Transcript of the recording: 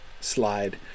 slide